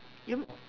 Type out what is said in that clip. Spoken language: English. you